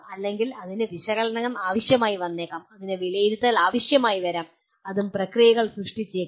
അല്ലെങ്കിൽ ഇതിന് വിശകലനം ആവശ്യമായി വന്നേക്കാം ഇതിന് വിലയിരുത്തൽ ആവശ്യമായി വരാം അതും പ്രക്രിയകൾ സൃഷ്ടിച്ചേക്കാം